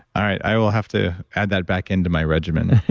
i will have to add that back into my regime. and